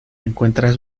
encuentras